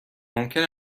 ممکن